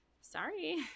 Sorry